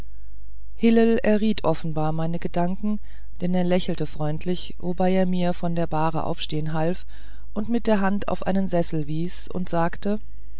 hillel erriet offenbar meine gedanken denn er lächelte freundlich wobei er mir von der bahre aufstehen half und mit der hand auf einen sessel wies und sagte